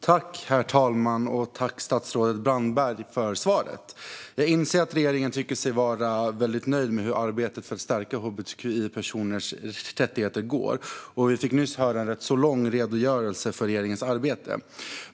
Herr talman! Tack, statsrådet Brandberg, för svaret! Jag inser att regeringen tycker sig vara väldigt nöjd med hur arbetet för att stärka hbtqi-personers rättigheter går, och vi fick nyss höra en rätt lång redogörelse för regeringens arbete.